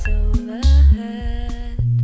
overhead